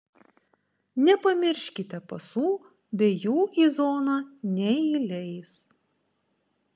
nepamirškite pasų be jų į zoną neįleis